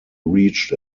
reached